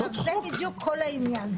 זה בדיוק כל העניין,